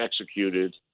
executed